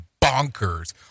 bonkers